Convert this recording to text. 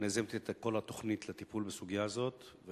אני יזמתי את כל התוכנית לטיפול בסוגיה הזו ופתרון,